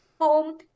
home